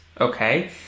okay